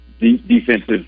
defensive